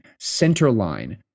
Centerline